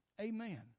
Amen